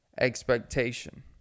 expectation